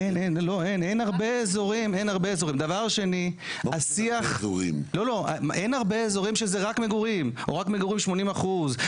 אין הרבה אזורים שזה רק מגורים או רק מגורים 80%,